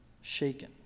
shaken